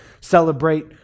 celebrate